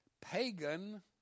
pagan